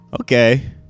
Okay